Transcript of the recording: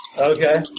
Okay